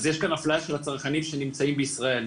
אז יש כאן אפליה של הצרכנים שנמצאים בישראל,